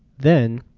then,